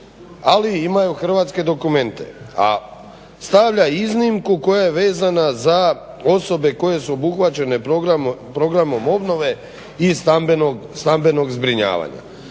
ali imaju hrvatske dokumente. A stavlja iznimku koja je vezana za osobe koje su obuhvaćene programom obnove i stambenog zbrinjavanja.